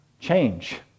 change